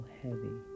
heavy